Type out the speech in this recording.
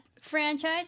franchise